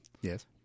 Yes